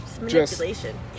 manipulation